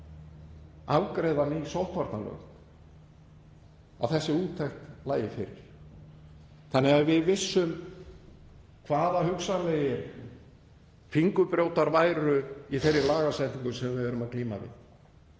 þannig að við vissum hvaða hugsanlegir fingurbrjótar væru í þeirri lagasetningu sem við erum að glíma við,